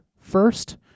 first